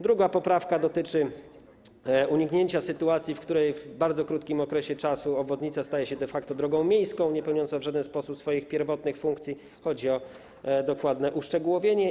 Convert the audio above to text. Druga poprawka dotyczy uniknięcia sytuacji, w której w bardzo krótkim okresie obwodnica staje się de facto drogą miejską, niepełniącą w żaden sposób swoich pierwotnych funkcji - chodzi o dokładne uszczegółowienie.